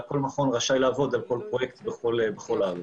כל מכון רשאי לעבוד על כל פרויקט בכל הארץ.